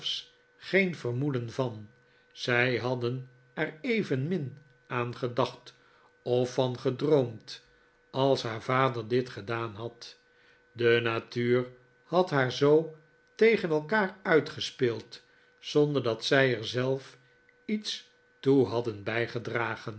geen vermoeden van zij hadden er evenmin aan gedacht of van gedroomd als haar vader dit gedaan had de natuur had haar zoo tegen elkaar uitgespeeld zonder dat zij er zelf iets toe hadden bijgedragen